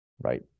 Right